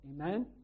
Amen